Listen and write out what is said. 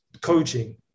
coaching